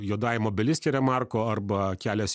juodajam obeliske remarko arba kelias